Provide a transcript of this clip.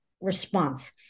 response